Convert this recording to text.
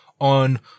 on